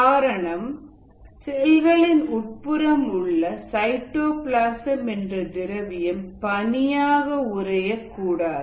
காரணம் செல்களின் உட்புறம் உள்ள சைட்டோபிளாசம் என்ற திரவியம் பனிஆக உறைய கூடாது